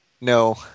No